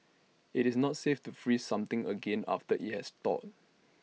IT is not safe to freeze something again after IT has thawed